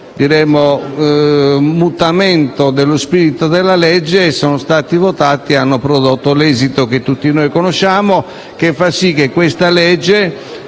alcun mutamento dello spirito della legge, sono stati votati e hanno prodotto l'esito che tutti noi conosciamo. Ciò fa sì che il